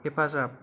हेफाजाब